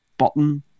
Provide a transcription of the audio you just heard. button